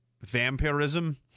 vampirism